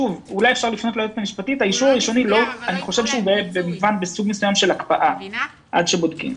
אני חושב שהוא בסוג מסוים של הקפאה עד שבודקים.